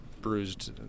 bruised